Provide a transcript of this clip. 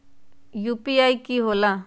UPI कि होला?